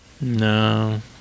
No